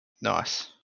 Nice